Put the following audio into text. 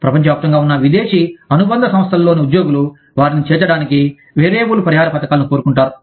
ప్రపంచవ్యాప్తంగా ఉన్న విదేశీ అనుబంధ సంస్థలలోని ఉద్యోగులు వారిని చేర్చడానికి వేరియబుల్ పరిహార పథకాలను కోరుకుంటారు